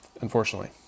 unfortunately